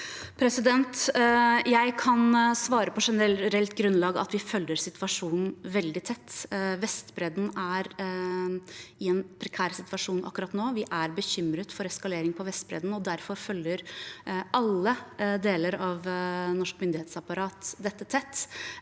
Jeg kan svare på generelt grunnlag at vi føl- ger situasjonen veldig tett. Vestbredden er i en prekær situasjon akkurat nå. Vi er bekymret for eskalering på Vestbredden, og derfor følger alle deler av norsk myn dighetsapparat dette tett.